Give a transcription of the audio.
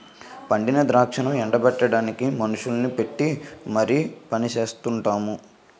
పండిన ద్రాక్షను ఎండ బెట్టడానికి మనుషుల్ని పెట్టీ మరి పనిచెయిస్తున్నాము